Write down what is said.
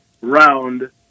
round